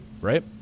right